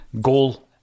goal